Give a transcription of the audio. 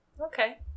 Okay